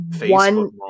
one